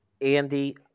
Andy